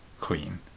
clean